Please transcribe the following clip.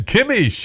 Kimmy